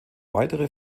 weitere